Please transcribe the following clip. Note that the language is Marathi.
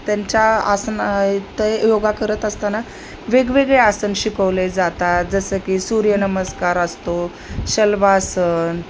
त्यांच्या आसनं ते योगा करत असताना वेगवेगळे आसन शिकवले जातात जसं की सूर्यनमस्कार असतो शल्वासन